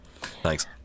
Thanks